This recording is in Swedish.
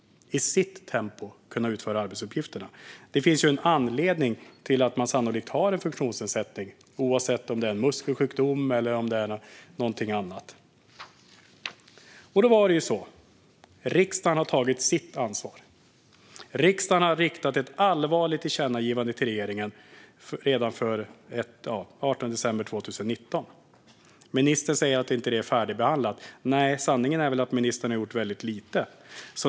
Det finns ju sannolikt en anledning till att man har en funktionsnedsättning, oavsett om det är en muskelsjukdom eller någonting annat. Och då var det ju så: Riksdagen har tagit sitt ansvar. Riksdagen riktade redan den 18 december 2019 ett allvarligt tillkännagivande till regeringen. Ministern säger att det inte är färdigbehandlat. Nej, sanningen är väl att ministern har gjort väldigt lite.